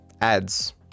ads